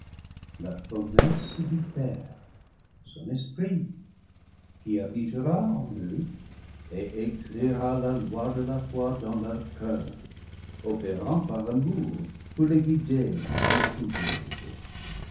la promesse du père son esprit qui habitera en eux et écrira la loi de la foi dans leur coeur opérant par l'amour pour les guider en toute vérité